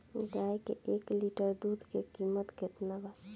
गाय के एक लीटर दुध के कीमत केतना बा?